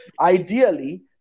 ideally